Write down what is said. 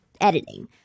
editing